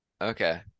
Okay